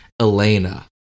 Elena